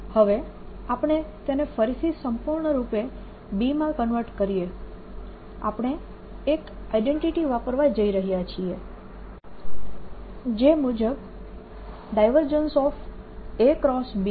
હવે આપણે તેને ફરીથી સંપૂર્ણ રૂપે B માં કન્વર્ટ કરીએ આપણે એક આઇડેન્ટિટી વાપરવા જઈ રહ્યા છીએ જે મુજબ